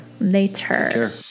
later